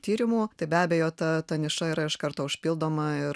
tyrimų tai be abejo ta ta niša yra iš karto užpildoma ir